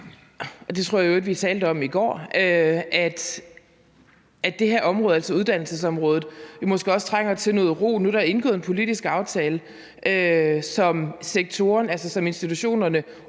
og det tror jeg i øvrigt vi talte om i går – at det her område, altså uddannelsesområdet, måske også trænger til noget ro. Nu er der indgået en politisk aftale, som institutionerne